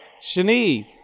Shanice